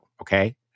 okay